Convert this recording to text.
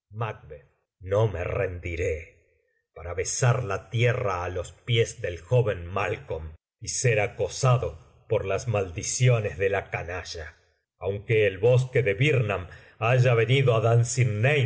no me rendiré para besar la tierra á los pies del joven malcolm y ser acosado por las maldiciones de la canalla aunque el bosque de birnam haya venido ádunsinane y